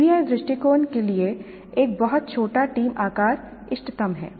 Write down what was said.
PBI दृष्टिकोण के लिए एक बहुत छोटा टीम आकार इष्टतम है